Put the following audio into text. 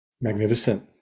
Magnificent